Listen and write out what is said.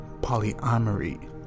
Polyamory